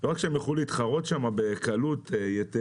לא רק שהם יוכלו להתחרות שם בקלות יתרה,